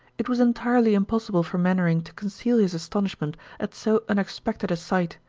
it was entirely impossible for mainwaring to conceal his astonishment at so unexpected a sight,